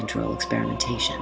control experimentation